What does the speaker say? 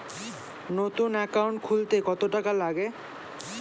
নতুন একাউন্ট খুলতে কত টাকা লাগে?